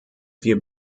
wir